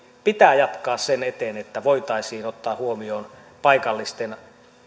pitää jatkaa sen eteen että voitaisiin ottaa huomioon paikallisten